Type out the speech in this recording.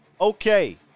Okay